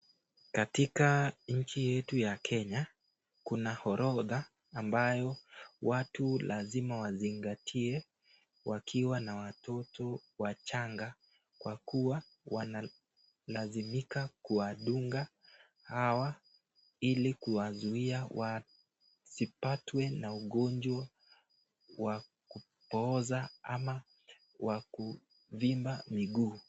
Katika nchi yetu ya Kenya, kuna orodha mbayo watu lazima wazingatie wakiwa na watoto wachanga kwa kua wanalazimika kuwadunga hawa ili kuwazuia wasipatwe na ugonjwa wa kupooza ama wakuvimba miguu.